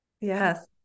yes